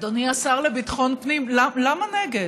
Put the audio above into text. אדוני השר לביטחון פנים, למה נגד?